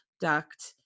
duct